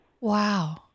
Wow